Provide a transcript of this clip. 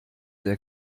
sehr